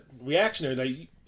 reactionary